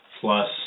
plus